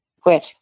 quit